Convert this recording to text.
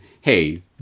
hey